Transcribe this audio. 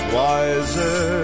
wiser